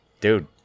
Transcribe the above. dude